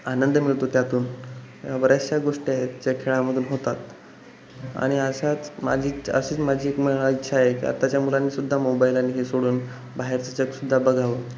आनंद मिळतो त्यातून बऱ्याचशा गोष्टी आहेत ज्या खेळामधून होतात आणि असाच माझी अशीच माझी एक म इच्छा आहे की आताच्या मुलांनी सुद्धा मोबाईल आणि हे सोडून बाहेरचं जगसुद्धा बघावं